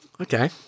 Okay